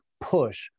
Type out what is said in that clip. push